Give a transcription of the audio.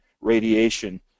radiation